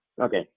Okay